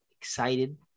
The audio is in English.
excited